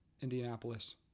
Indianapolis